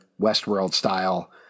Westworld-style